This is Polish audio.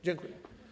Dziękuję.